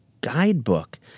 guidebook